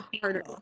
harder